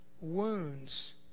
wounds